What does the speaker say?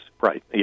right